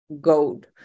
gold